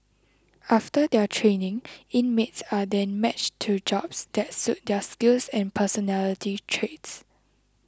after their training inmates are then matched to jobs that suit their skills and personality traits